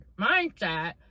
mindset